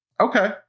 Okay